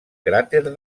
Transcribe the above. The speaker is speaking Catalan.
cràter